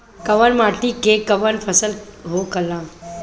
कवन माटी में कवन फसल हो ला?